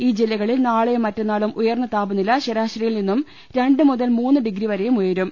ഈ ജില്ലകളിൽ നാളെയും മറ്റന്നാളും ഉയർന്ന താപനില ശരാശരിയിൽ നിന്നും രണ്ട് മുതൽ മൂന്ന് ഡിഗ്രി വരെയും ഉയരും